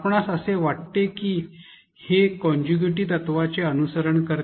आपणास असे वाटते की हे कॉन्टिग्युएटी तत्त्वाचे अनुसरण करते